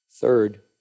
Third